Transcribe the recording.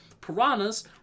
Piranhas